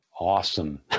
Awesome